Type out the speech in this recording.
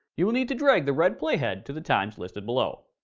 you will need to drag the red playhead to the time listed below.